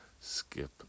Skip